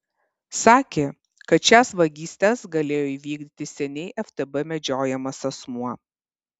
sakė kad šias vagystes galėjo įvykdyti seniai ftb medžiojamas asmuo